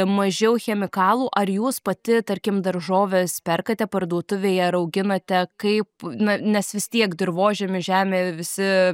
mažiau chemikalų ar jūs pati tarkim daržoves perkate parduotuvėje ar auginate kaip na nes vis tiek dirvožemis žemė visi